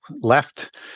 left